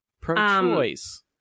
Pro-choice